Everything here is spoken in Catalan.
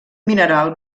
mineral